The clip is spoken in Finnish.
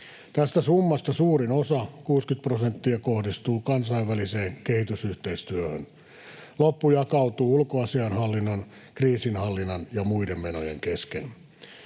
Tästä summasta suurin osa, 60 prosenttia, kohdistuu kansainväliseen kehitysyhteistyöhön. Loppu jakautuu ulkoasiainhallinnon, kriisinhallinnan ja muiden menojen kesken.